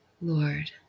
Lord